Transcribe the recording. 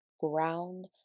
ground